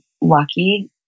lucky